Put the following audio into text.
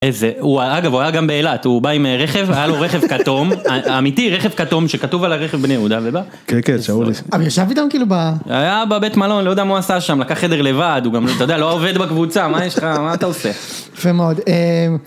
איזה, הוא אגב, אגב הוא היה גם באילת, הוא בא עם רכב, היה לו רכב כתום, אמיתי רכב כתום שכתוב על הרכב בני יהודה ובא. כן כן, שאולי. אבל יושב איתנו כאילו ב... היה בבית מלון, לא יודע מה הוא עשה שם, לקח חדר לבד, הוא גם לא יודע, לא עובד בקבוצה, מה יש לך, מה אתה עושה. יפה מאוד.